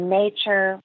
nature